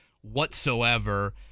whatsoever